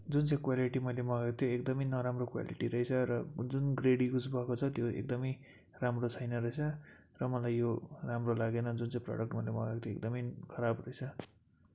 जुन चाहिँ क्वालिटी मैले मगाएको त्यो एकदमै नराम्रो क्वालिटी रहेछ र जुन ग्रेड युज भएको छ त्यो एकदमै राम्रो छैन रहेछ र मलाई यो राम्रो लागेन जुन चहिँ प्रोडक्ट मैले मगाएको थिएँ एकदमै खराब रहेछ